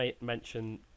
mention